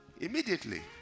immediately